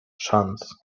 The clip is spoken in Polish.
szans